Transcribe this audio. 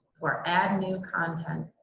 or add new content.